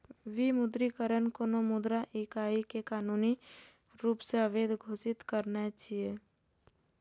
विमुद्रीकरण कोनो मुद्रा इकाइ कें कानूनी रूप सं अवैध घोषित करनाय छियै